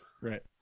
Right